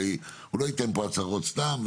הרי הוא לא ייתן פה הצהרות סתם,